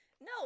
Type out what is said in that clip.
no